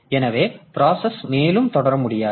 எனவே ப்ராசஸ் மேலும் தொடர முடியாது